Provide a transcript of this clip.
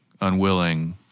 unwilling